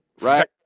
Right